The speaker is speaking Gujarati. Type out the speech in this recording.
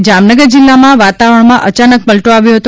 આજે જામનગર જિલ્લામાં વાતાવરણમાં અચાનક પલટો આવ્યો હતો